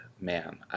man